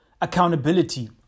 accountability